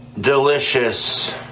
delicious